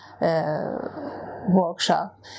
workshop